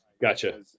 Gotcha